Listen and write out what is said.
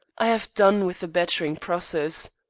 i have done with the battering process.